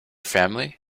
family